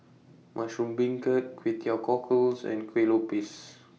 Mushroom Beancurd Kway Teow Cockles and Kuih Lopes